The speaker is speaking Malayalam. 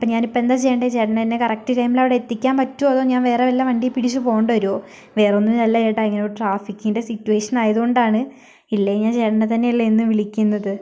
അപ്പോൾ ഞാനിപ്പൊൽ എന്താ ചെയ്യണ്ടേ ചേട്ടനെന്നെ കറക്റ്റ് ടൈമിലവിടെ എത്തിക്കാൻ പറ്റുമോ അതോ ഞാൻ വേറെ വല്ല വണ്ടീം പിടിച്ച് പോവണ്ടി വരുവോ വേറെയൊന്നും അല്ല ചേട്ടാ ട്രാഫിക്കിൻ്റെ സിറ്റുവേഷൻ ആയതുകൊണ്ടാണ് ഇല്ലേ ഞാൻ ചേട്ടനെ തന്നെ അല്ലേ എന്നും വിളിക്കുന്നത്